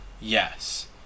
Yes